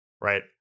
right